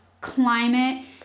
climate